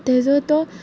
ताजो तो